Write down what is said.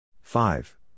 five